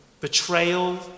Betrayal